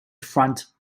front